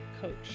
coach